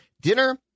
dinner